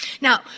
Now